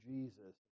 Jesus